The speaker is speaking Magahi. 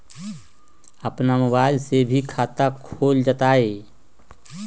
अपन मोबाइल से भी खाता खोल जताईं?